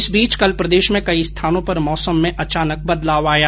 इस बीच कल प्रदेश में कई स्थानों पर मौसम में अचानक बदलाव आया